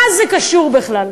מה זה קשור בכלל?